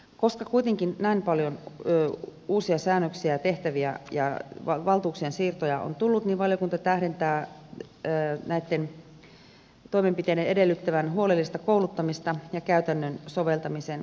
koska kuitenkin näin paljon uusia säännöksiä tehtäviä ja valtuuksien siirtoja on tullut valiokunta tähdentää näiden toimenpiteiden edellyttävän huolellista kouluttamista ja käytännön soveltamisen harjoittelua